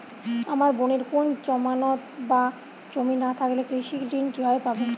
আমার বোনের কোন জামানত বা জমি না থাকলে কৃষি ঋণ কিভাবে পাবে?